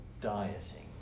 dieting